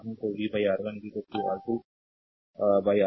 तो v R1 R2 R1 R2 i